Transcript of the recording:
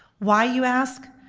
why, you ask?